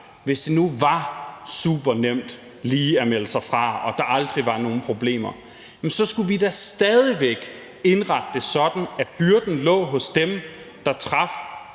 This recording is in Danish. hvis det nu var supernemt lige at melde sig fra, og at der aldrig var nogen problemer, så skulle vi da stadig væk indrette det sådan, at byrden lå hos dem, der traf